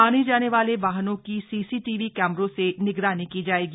आने जाने वाले वाहनों की सीसीटीवी कैमरों से निगरानी की जाएगी